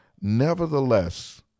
Nevertheless